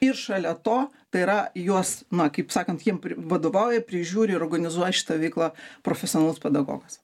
ir šalia to tai yra juos na kaip sakant jiem vadovauja prižiūri ir organizuoja šitą veiklą profesionalus pedagogas